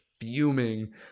fuming